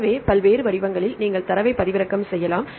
எனவே பல்வேறு வடிவங்களில் நீங்கள் தரவைப் பதிவிறக்கம் செய்யலாம்